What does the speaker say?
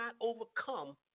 overcome